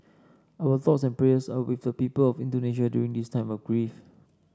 our thoughts and prayers are with the people of Indonesia during this time of grief